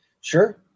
Sure